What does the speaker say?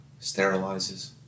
sterilizes